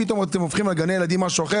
פתאום אתם הופכים על גני הילדים משהו אחר.